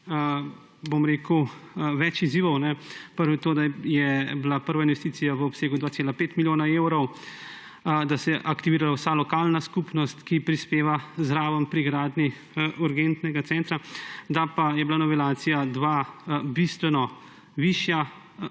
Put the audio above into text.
izhodišču več izzivov. Prvi je to, da je bila prva investicija v obsegu 2,5 milijona evrov, da se je aktivirala vsa lokalna skupnost, ki prispeva zraven pri gradnji urgentnega centra, da pa je bila v novelaciji 2 bistveno višja